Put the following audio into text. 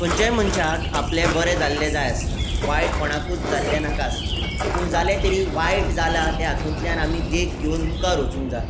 खंयच्याय मनशाक आपलें बरें जाल्लें जाय आसता वायट कोणाकूच जाल्लें नाका आसता पूण जालें तरी वायट जालां त्या हातुंतल्यान आमी देख घेवन मुखार वचूंक जाय